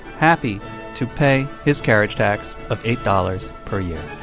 happy to pay his carriage tax of eight dollars per year